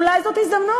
אולי זאת הזדמנות?